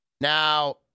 Now